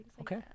Okay